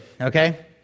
Okay